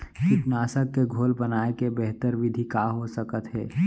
कीटनाशक के घोल बनाए के बेहतर विधि का हो सकत हे?